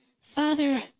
Father